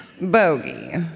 Bogey